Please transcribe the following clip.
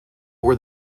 where